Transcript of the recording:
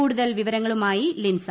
കൂടുതൽ വിവരങ്ങളുമായി ലിൻസ